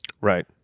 Right